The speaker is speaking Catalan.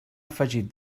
afegit